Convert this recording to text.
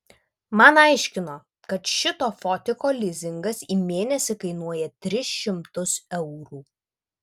man aiškino kad šito fotiko lizingas į mėnesį kainuoja tris šimtus eurų